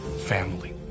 family